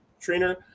trainer